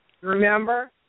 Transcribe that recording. Remember